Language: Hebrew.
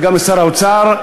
וגם לשר האוצר.